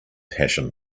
passion